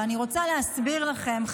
ואני רוצה להסביר לכם,